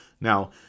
Now